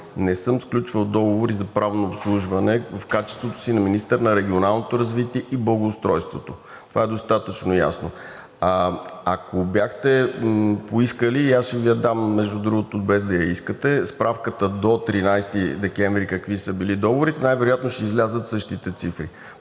не съм сключвал договори за правно обслужване в качеството си на министър на регионалното развитие и благоустройството. Това е достатъчно ясно. Ако бяхте поискали, аз ще Ви я дам, между другото, без да я искате, справката до 13 декември какви са били договорите – най вероятно ще излязат същите цифри.